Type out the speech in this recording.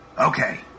Okay